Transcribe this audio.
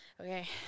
okay